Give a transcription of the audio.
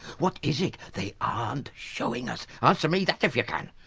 what is it they aren't showing us? answer me that, if you can.